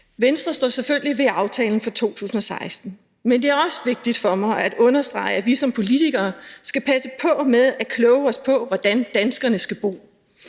Venstre står selvfølgelig ved aftalen fra 2016. Men det er også vigtigt for mig at understrege, at vi politikere skal passe på med at kloge os på, hvordan danskerne skal bo;